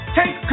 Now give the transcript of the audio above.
take